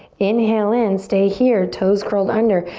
inhale in, stay here. toes curled under.